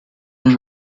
and